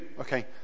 okay